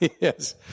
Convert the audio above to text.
Yes